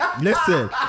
Listen